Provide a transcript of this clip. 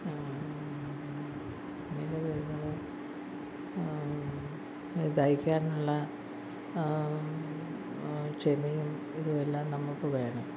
പിന്നെ വരുന്നത് ഇത് തയ്ക്കാനുള്ള ക്ഷമയും ഇതും എല്ലാം നമുക്ക് വേണം